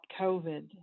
COVID